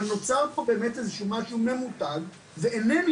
אבל נוצר פה באמת איזה שהוא משהו ממותג ואינני